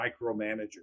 micromanager